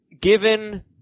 given